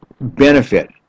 benefit